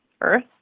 earth